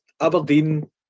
Aberdeen